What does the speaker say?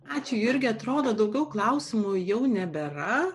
ačiū jurgiui atrodo daugiau klausimų jau nebėra